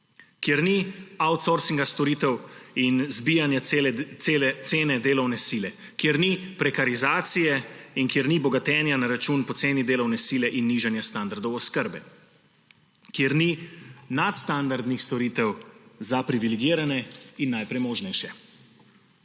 kjer ni outsourcinga storitev in zbijanja cene delovne sile, kjer ni prekarizacije in kjer ni bogatenja na račun poceni delovne sile in nižanja standardov oskrbe, kjer ni nadstandardnih storitev za privilegirane in najpremožnejše.